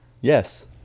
Yes